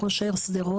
ראש העיר שדרות?